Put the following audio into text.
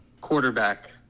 quarterback